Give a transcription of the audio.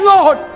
Lord